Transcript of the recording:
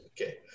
Okay